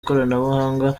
ikoranabuhanga